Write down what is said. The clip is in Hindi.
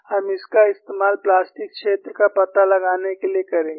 हम इसका इस्तेमाल प्लास्टिक क्षेत्र का पता लगाने के लिए करेंगे